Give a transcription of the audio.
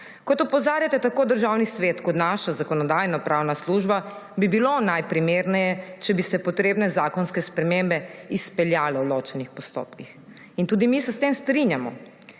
Kot opozarjata tako Državni svet kot naša Zakonodajno-pravna služba, bi bilo najprimerneje, če bi se potrebne zakonske spremembe izpeljale v ločenih postopkih. In tudi mi se s tem strinjamo.